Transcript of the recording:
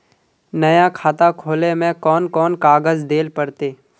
नया खाता खोले में कौन कौन कागज देल पड़ते?